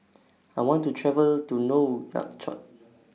I want to travel to Nouakchott